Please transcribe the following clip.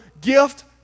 gift